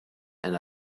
end